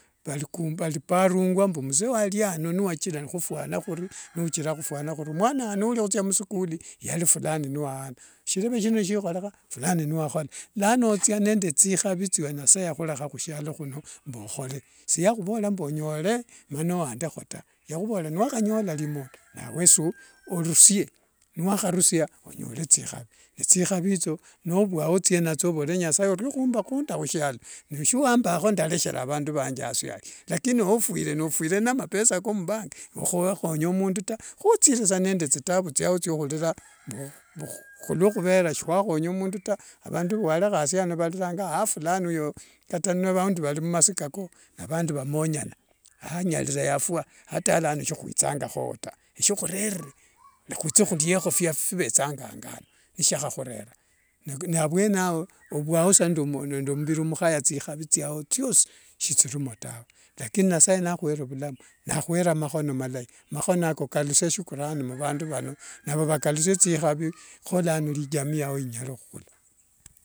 parungua mbu mzee waliano niwakira nikhufwana huri niuchira khufwana huli omwana wa ngame ulia hutsia musukuli yali fulani n wayana ahiribi shino neshiohera fulani niwakhola lano othia nende thikhavi thia nasaye yakhulekha khusialo sino mbo okhole siyavolera mbu onyole mana wandeho taa yahuvolera nonyola limondo, nawe wesi orusie niwaharusia onyole thikhavi. Nethikhavi ethio novhwao othie nathio ovore nasaye orio khumba khunda khusialo neshuamba ndarekheraho vandu vanthe asi alia. Lakini ewe ofwire, nofwire namapesa mbank siwakhonya mundu taa, hothire sa nende thitabu thia thiokhulira khumera siwakhonya mundu taa avandu vuwalekha asi ano valilanga a fulani uyo kata aundi vali mumasiko ko, n vandi vamonyaa a nyalile yafua ataala ano sihwithangao ta esihureren hwithe khulieho phivethanga ango ano nishiakhurera. avwene ao ovuo nende muviri mukhaya sa nende muviri mukhaya thikhavi thiao thiosi shichlimo tawe. Lakini nasaye nahwere vulamu nahwere makhono malai makhono ako kalusia shukurani muvandu vano navo vakalusie thikhavi hilano ijamii yao inyale khuhula.